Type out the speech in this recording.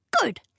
Good